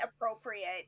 appropriate